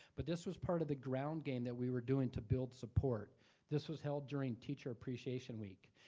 but this was part of the ground game that we were doing to build support. this was held during teacher appreciation week.